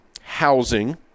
housing